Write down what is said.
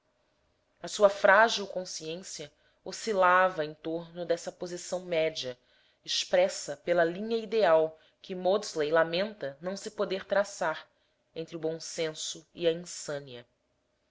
a sua frágil consciência oscilava em torno dessa posição média expressa pela linha ideal que maudsley lamenta não se poder traçar entre o bom senso e a insânia